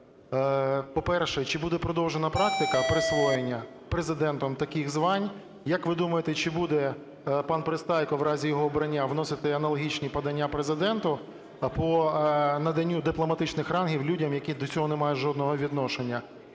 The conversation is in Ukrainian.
По-перше, чи буде продовжена практика присвоєння Президентом таких звань? Як ви думаєте, чи буде пан Пристайко в разі його обрання вносити аналогічні подання Президенту по наданню дипломатичних рангів людям, які до цього не мають жодного відношення?